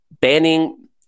banning